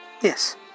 Yes